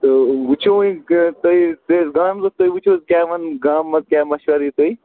تہٕ وُچھِو وۅنۍ تُہۍ تُہۍ گامَس مَنٛز تُہۍ وُچھِو کیٛاہ ونان گامس مَنٛز کیٛاہ مَشوَرٕ یِیہِ تۄہہِ